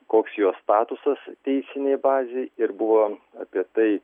koks jo statusas teisinėj bazėj ir buvo apie tai